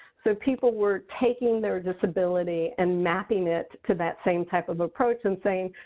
so people were taking their disability and mapping it to that same type of approach and saying,